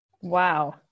Wow